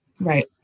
Right